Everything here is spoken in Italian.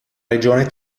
regione